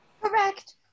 Correct